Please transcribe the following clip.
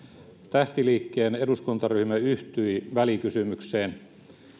tähtiliikkeen eduskuntaryhmä yhtyi välikysymykseen